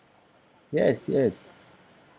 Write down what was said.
yes yes